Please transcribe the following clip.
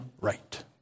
right